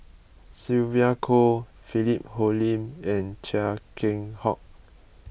Sylvia Kho Philip Hoalim and Chia Keng Hock